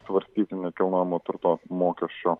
svarstyti nekilnojamo turto mokesčio